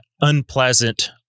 unpleasant